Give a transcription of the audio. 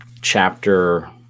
chapter